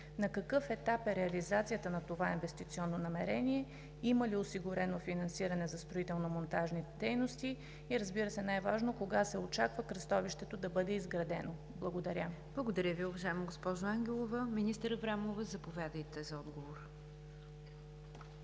на какъв етап е реализацията на това инвестиционно намерение; има ли осигурено финансиране за строително-монтажните дейности; и, разбира се, най-важно: кога се очаква кръстовището да бъде изградено? Благодаря. ПРЕДСЕДАТЕЛ НИГЯР ДЖАФЕР: Благодаря Ви, уважаема госпожо Ангелова. Министър Аврамова, заповядайте за отговор.